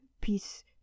peace